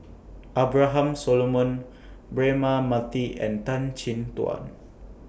Abraham Solomon Braema Mathi and Tan Chin Tuan